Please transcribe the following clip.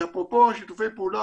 אפרופו שיתופי הפעולה,